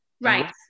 Right